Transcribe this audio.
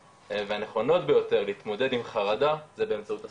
והנכונות ביותר להתמודד עם חרדה זה באמצעות עשייה.